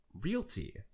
Realty